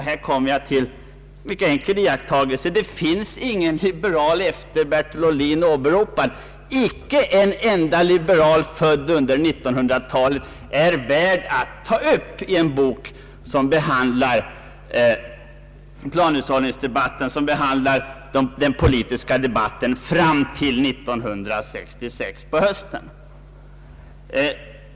Här kommer jag till en mycket enkel iakttagelse och det är att det inte finns någon liberal efter Ohlin åberopad — icke en enda liberal född under 1900 talet är värd att nämnas i en bok som behandlar planhushållningsdebatten och den politiska debatten fram till 1966 på hösten.